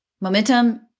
Momentum